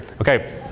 Okay